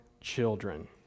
children